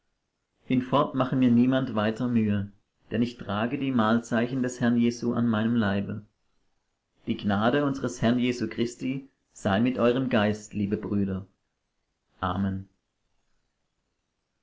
hinfort mache mir niemand weiter mühe denn ich trage die malzeichen des herrn jesu an meinem leibe die gnade unsers herrn jesu christi sei mit eurem geist liebe brüder amen